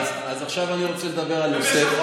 אז עכשיו אני רוצה לדבר על נושא,